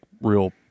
real